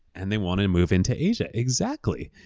and they want to move into asia. exactly.